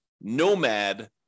nomad